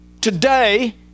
today